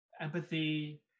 empathy